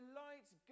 lights